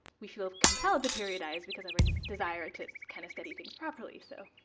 we feel compelled to periodize because of our desire to kind of study things properly. so